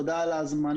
תודה על ההזמנה.